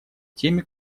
теми